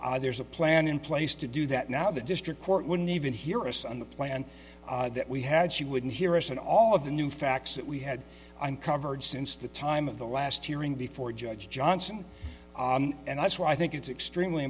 that there's a plan in place to do that now the district court wouldn't even hear us on the plan that we had she wouldn't hear us and all of the new facts that we had uncovered since the time of the last hearing before judge johnson and that's why i think it's extremely